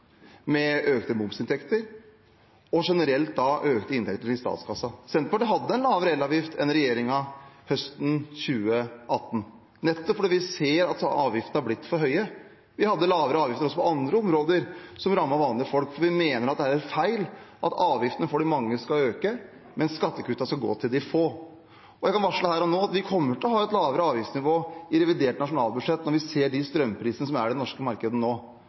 med økte momsinntekter og med generelt økte inntekter i statskassen. Senterpartiet hadde en lavere elavgift enn regjeringen høsten 2018, nettopp fordi vi ser at avgiftene har blitt for høye. Vi hadde lavere avgifter også på andre områder som rammet vanlige folk, fordi vi mener at det er feil at avgiftene for de mange skal øke, mens skattekuttene skal gå til de få. Jeg kan varsle her og nå at vi kommer til å ha et lavere avgiftsnivå i forbindelse med revidert nasjonalbudsjett når vi ser de strømprisene som er i det norske markedet nå.